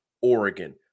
Oregon